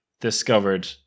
discovered